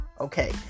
Okay